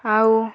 ଆଉ